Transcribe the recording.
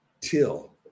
Till